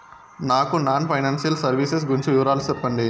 నాకు non financial services గురించి వివరాలు సెప్పండి?